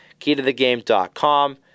keytothegame.com